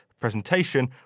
presentation